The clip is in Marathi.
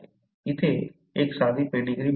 इथे एक साधी पेडीग्री बनवू